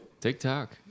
TikTok